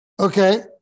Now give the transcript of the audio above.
Okay